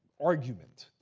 argument.